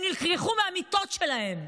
הם נלקחו מהמיטות שלהם,